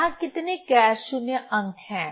वहां कितने गैर शून्य अंक हैं